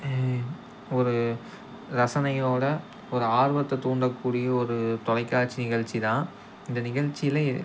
ஒரு ரசனையோடு ஒரு ஆர்வத்தை தூண்டக்கூடிய ஒரு தொலைக்காட்சி நிகழ்ச்சிதான் இந்த நிகழ்ச்சியிலயே